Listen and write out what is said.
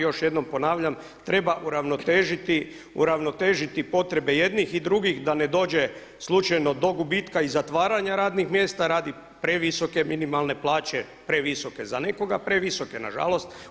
Još jednom ponavljam treba uravnotežiti potrebe i jednih i drugih da ne dođe slučajno do gubitka i zatvaranja radnih mjesta radi previsoke minimalne plaće, za nekoga previsoke na žalost.